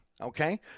okay